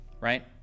right